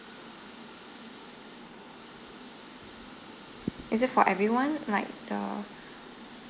is it for everyone like the